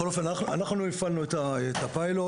בכל אופן, אנחנו הפעלנו את הפיילוט.